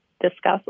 discuss